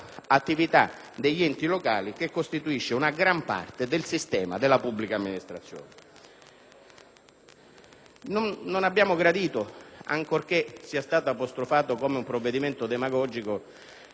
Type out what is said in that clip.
Non abbiamo gradito, ancorché sia stato apostrofato come un provvedimento demagogico,